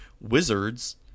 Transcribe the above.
Wizards